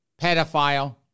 pedophile